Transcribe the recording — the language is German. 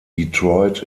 detroit